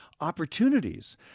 opportunities